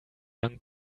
young